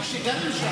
הוקמה ועדה מיוחדת,